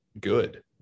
good